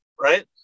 right